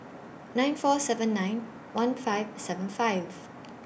nine four seven nine one five seven five